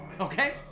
Okay